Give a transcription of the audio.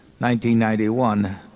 1991